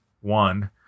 one